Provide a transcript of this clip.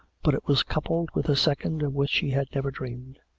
but it was coupled with a second of which she had never dreamed.